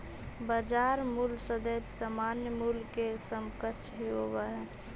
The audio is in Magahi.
बाजार मूल्य सदैव सामान्य मूल्य के समकक्ष ही होवऽ हइ